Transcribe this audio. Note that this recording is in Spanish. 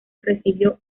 recibió